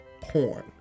porn